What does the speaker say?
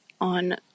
on